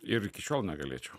ir iki šiol negalėčiau